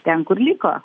ten kur liko